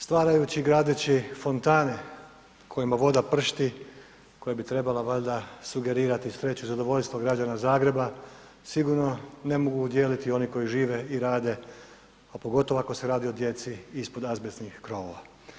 Stvarajući i gradeći fontane u kojima voda pršti koja bi trebala valjda sugerirati sreću i zadovoljstvo građana Zagreba, sigurno ne mogu udijeliti oni koji žive i rade, a pogotovo ako se radi o djeci ispod azbestnih krovova.